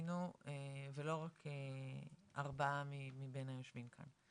יבין ולא רק ארבעה מבין היושבים כאן.